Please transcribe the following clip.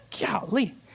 Golly